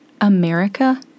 America